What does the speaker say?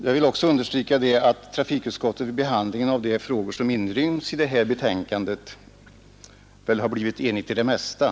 Jag vill understryka att trafikutskottet vid behandlingen av de frågor som inryms i det här betänkandet blivit enigt i det mesta.